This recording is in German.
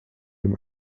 dem